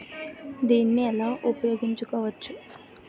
దీన్ని ఎలా ఉపయోగించు కోవచ్చు?